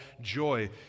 joy